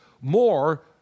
more